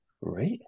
Right